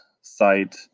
site